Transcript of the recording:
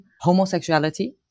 homosexuality